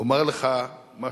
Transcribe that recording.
אומר לך משהו: